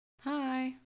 Hi